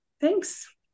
thanks